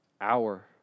hour